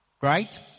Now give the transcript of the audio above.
Right